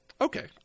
Okay